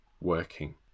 working